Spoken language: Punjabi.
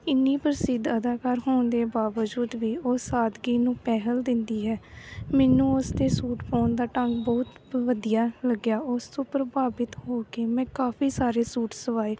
ਇੰਨੀ ਪ੍ਰਸਿੱਧ ਅਦਾਕਾਰ ਹੋਣ ਦੇ ਬਾਵਜੂਦ ਵੀ ਉਹ ਸਾਦਗੀ ਨੂੰ ਪਹਿਲ ਦਿੰਦੀ ਹੈ ਮੈਨੂੰ ਉਸ ਦੇ ਸੂਟ ਪਾਉਣ ਦਾ ਢੰਗ ਬਹੁਤ ਵਧੀਆ ਲੱਗਿਆ ਉਸ ਤੋਂ ਪ੍ਰਭਾਵਿਤ ਹੋ ਕੇ ਮੈਂ ਕਾਫੀ ਸਾਰੇ ਸੂਟ ਸਵਾਏ